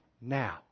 now